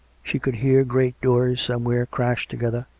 she could hear great doors somewhere crash together,